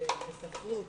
בספרות,